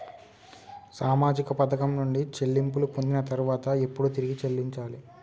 సామాజిక పథకం నుండి చెల్లింపులు పొందిన తర్వాత ఎప్పుడు తిరిగి చెల్లించాలి?